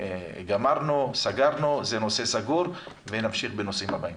גמרנו והנושא סגור ונמשיך בנושאים הבאים.